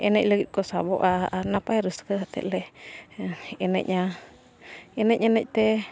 ᱮᱱᱮᱡ ᱞᱟᱹᱜᱤᱫ ᱠᱚ ᱥᱟᱵᱚᱜᱼᱟ ᱟᱨ ᱱᱟᱯᱟᱭ ᱨᱟᱹᱥᱠᱟᱹ ᱠᱟᱛᱮ ᱞᱮ ᱮᱱᱮᱡᱼᱟ ᱮᱱᱮᱡ ᱮᱱᱮᱡ ᱛᱮ